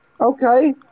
Okay